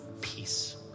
peace